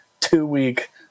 two-week